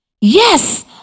yes